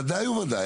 וודאי וודאי,